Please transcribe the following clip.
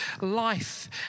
life